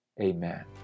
Amen